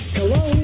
Hello